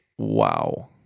Wow